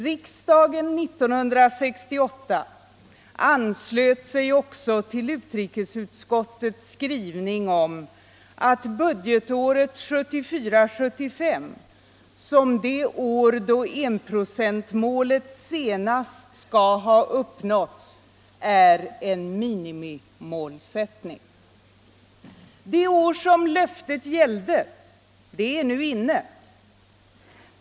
Riksdagen 1968 anslöt sig också till utrikesutskottets skrivning att budgetåret 1974/75 som det år då enprocentsmålet senast skall ha uppnåtts är en minimimålsättning. Det år som löftet gällde är nu inne.